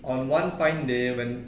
on one fine day when